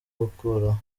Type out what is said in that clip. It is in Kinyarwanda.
gukuraho